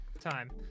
time